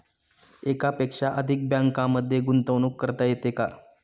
एकापेक्षा अधिक बँकांमध्ये गुंतवणूक करता येते का?